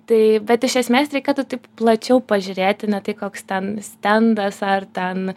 tai bet iš esmės reikėtų taip plačiau pažiūrėti ne tai koks ten stendas ar ten